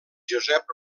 josep